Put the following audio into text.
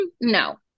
no